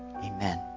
Amen